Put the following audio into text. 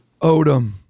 Odom